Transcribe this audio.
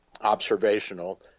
observational